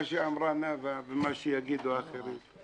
מה שאמרה נאוה ומה שאמרו האחרים,